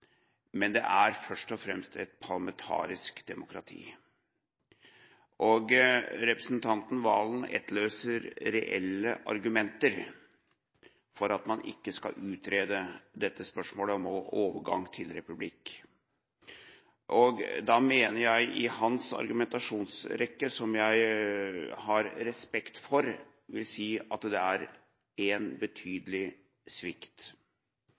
men det er først og fremst et parlamentarisk demokrati. Representanten Serigstad Valen etterlyser reelle argumenter for at man ikke skal utrede spørsmålet om overgang til republikk. Jeg mener at det i hans argumentasjonsrekke, som jeg har respekt for, er en betydelig svikt,